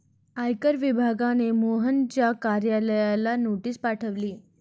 आयकर विभागाने मोहनच्या कार्यालयाला नोटीस पाठवली